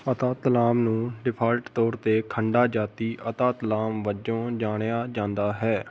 ਅਤਾ ਤਲਾਮ ਨੂੰ ਡਿਫਾਲਟ ਤੌਰ 'ਤੇ ਖੰਡਾ ਜਾਤੀ ਅਤਾ ਤਲਾਮ ਵਜੋਂ ਜਾਣਿਆ ਜਾਂਦਾ ਹੈ